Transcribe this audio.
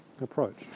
approach